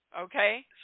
okay